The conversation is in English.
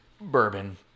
bourbon